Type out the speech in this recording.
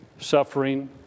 suffering